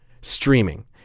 streaming